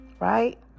right